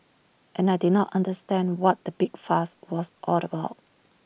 and I did not understand what the big fuss was all about